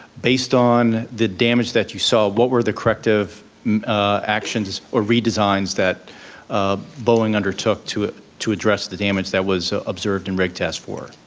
based on the damage that you saw, what were the corrective actions or redesigns that boeing undertook to to address the damage that was observed in rig test four?